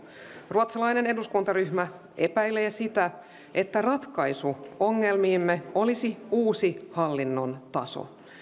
ruotsalainen eduskuntaryhmä epäilee sitä että ratkaisu ongelmiimme olisi uusi hallinnon taso